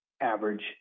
average